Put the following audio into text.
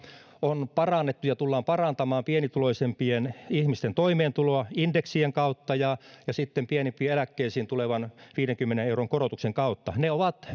tullaan parantamaan pienituloisimpien ihmisten toimeentuloa indeksien kautta ja ja sitten pienimpiin eläkkeisiin tulevan viidenkymmenen euron korotuksen kautta ne ovat